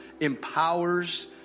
empowers